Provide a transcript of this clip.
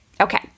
Okay